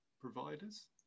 providers